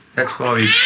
that's why we